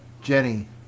Jenny